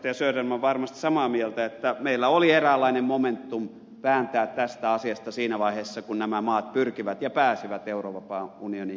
söderman varmasti on samaa mieltä että meillä oli eräänlainen momentum vääntää tästä asiasta siinä vaiheessa kun nämä maat pyrkivät ja pääsivät eurovapaan unionin jäseniksi